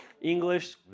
English